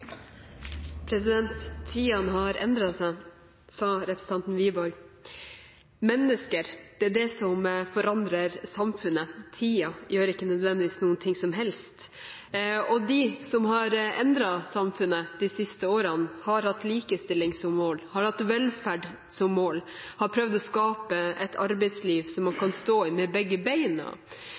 livsfaser. Tidene forandrer seg, sa representanten Wiborg. Det er mennesker som forandrer samfunnet, tiden gjør ikke nødvendigvis noe som helst. De som har endret samfunnet de siste årene, har hatt likestilling og velferd som mål og har prøvd å skape et arbeidsliv som man kan stå i med begge beina.